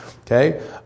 okay